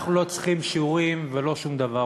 אנחנו לא צריכים שיעורים ולא שום דבר,